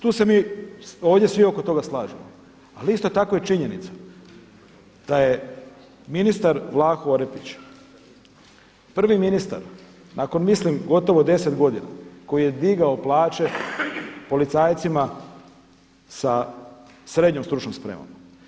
Tu se mi ovdje svi oko toga slažemo, ali isto je tako činjenica da je ministar Vlaho Orepić prvi ministar nakon mislim gotovo 10 godina koji je digao plaće policajcima sa srednjom stručnom spremom.